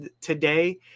today